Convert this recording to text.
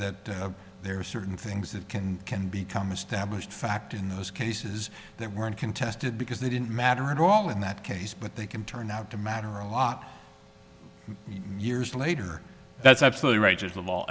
that there are certain things that can can become established fact in those cases that weren't contested because they didn't matter at all in that case but they can turn out to matter a lot years later that's absolutely right